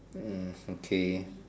hmm okay